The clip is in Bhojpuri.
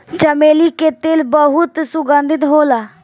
चमेली के तेल बहुत सुगंधित होला